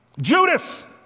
Judas